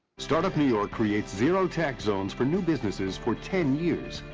start-up new york creates zero tax zones for new businesses for ten years.